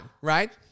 right